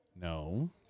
No